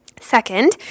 second